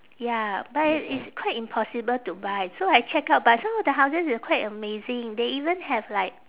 ya but i~ it's quite impossible to buy so I check out but some of the houses is quite amazing they even have like